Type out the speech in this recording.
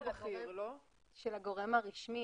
לא נורא,